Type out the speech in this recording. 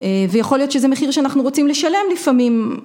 ויכול להיות שזה מחיר שאנחנו רוצים לשלם לפעמים.